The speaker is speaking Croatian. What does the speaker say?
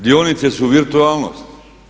Dionice su virtualnost.